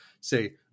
say